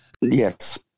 yes